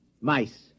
Mice